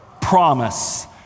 Promise